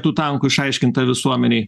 tų tankų išaiškinta visuomenei